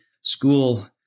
school